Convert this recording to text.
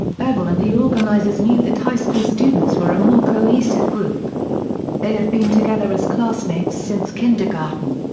bevel and the organizers knew that high school students were a more cohesive group they had been together as classmates since kindergarten.